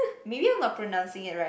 maybe I'm not pronouncing it right